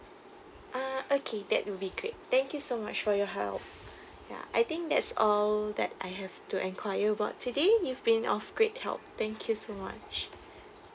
ah okay that will be great thank you so much for your help ya I think that's all that I have to enquire about today you've been of great help thank you so much